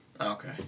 Okay